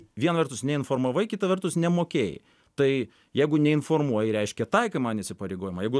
viena vertus neinformavai kita vertus nemokėjai tai jeigu neinformuoji reiškia taikai man įsipareigojimą jeigu